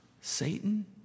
Satan